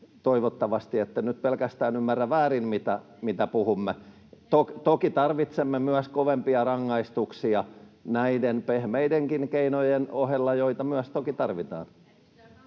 toivottavasti ette nyt pelkästään ymmärrä väärin, mitä puhumme. Toki tarvitsemme myös kovempia rangaistuksia näiden pehmeidenkin keinojen ohella, joita myös toki tarvitaan.